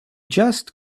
just